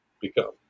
become